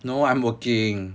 no I'm working